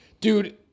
dude